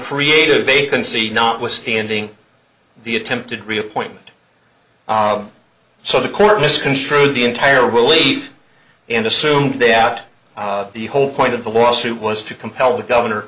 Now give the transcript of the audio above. creative vacancy notwithstanding the attempted reappointment so the court misconstrued the entire were late and assumed that the whole point of the lawsuit was to compel the governor